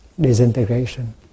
disintegration